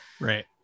right